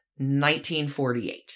1948